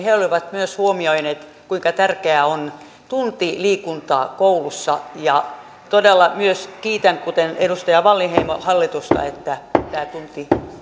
he olivat huomioineet kuinka tärkeää on tunti liikuntaa koulussa todella myös kiitän kuten edustaja wallinheimo hallitusta että tämä tunti